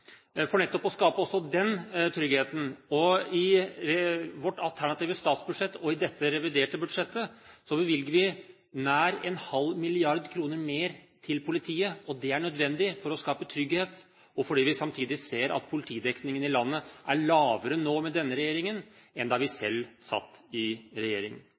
nettopp også for å skape den tryggheten. I vårt alternative statsbudsjett og i dette reviderte budsjettet bevilger vi nær en halv milliard kroner mer til politiet. Det er nødvendig for å skape trygghet, og fordi vi samtidig ser at politidekningen i landet er lavere nå med denne regjeringen enn da vi selv satt i regjering.